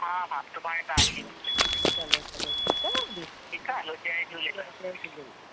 हा हा सुबाणे तव्हां अची वञिजो ठीकु चलो चलो ठीकु आहे भाभी ठीकु आहे हलो जय झूलेलाल जय झूलेलाल